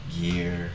gear